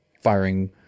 firing